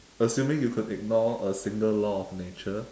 assuming you could ignore a single law of nature